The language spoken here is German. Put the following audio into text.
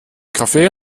kaffee